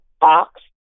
box